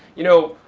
you know,